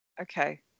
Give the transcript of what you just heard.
Okay